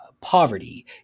poverty